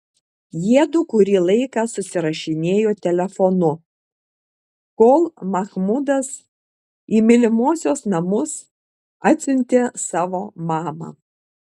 jiedu kurį laiką susirašinėjo telefonu kol mahmudas į mylimosios namus atsiuntė savo mamą